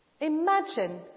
Imagine